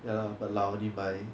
ya lah but 老你买